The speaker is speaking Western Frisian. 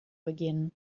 begjinnen